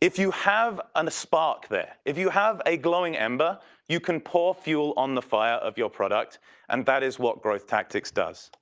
if you have a and spark there. if you have a glowing ember you can pour fuel on the fire of your product and that is what growth tactics does.